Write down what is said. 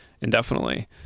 Indefinitely